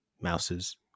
mouses